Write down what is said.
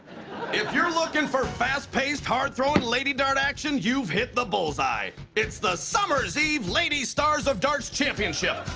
if you're looking for fast-paced, hard-throwing lady dart action, you've hit the bull's-eye. it's the summer's eve lady stars of darts championship.